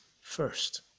first